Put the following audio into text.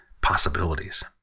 possibilities